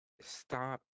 stop